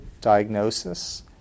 diagnosis